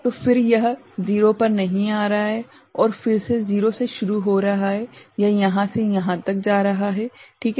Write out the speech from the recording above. तो फिर यह 0 पर नहीं आ रहा है और फिर से 0 से शुरू हो रहा है यह यहाँ से यहाँ तक जा रहा है ठीक है